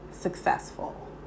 successful